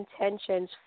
intentions